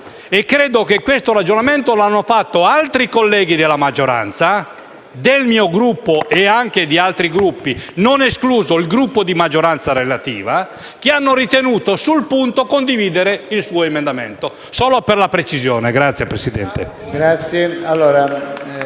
Credo che questo ragionamento lo abbiano fatto altri colleghi della maggioranza, del mio Gruppo e anche di altri Gruppi, non escluso il Gruppo di maggioranza relativa, che hanno ritenuto sul punto di condividere l'emendamento